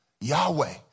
Yahweh